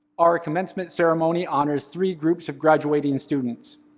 our commencement ceremony honors three groups of graduating students.